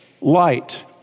light